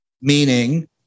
meaning